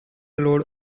load